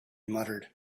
muttered